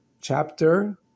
chapter